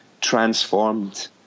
transformed